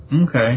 okay